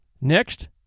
Next